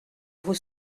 vous